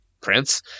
prince